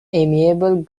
amiable